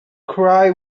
cry